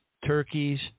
Turkeys